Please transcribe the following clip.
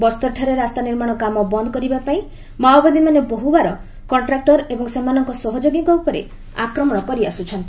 ବସ୍ତରଠାରେ ରାସ୍ତା ନିର୍ମାଣ କାମ ବନ୍ଦ କରିବା ପାଇଁ ମାଓବାଦୀମାନେ ବହୁବାର କଣ୍ଟ୍ରାକ୍ରର ଏବଂ ସେମାନଙ୍କ ସହଯୋଗୀଙ୍କ ଉପରେ ଆକ୍ରମଣ କରି ଆସୁଛନ୍ତି